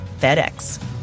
FedEx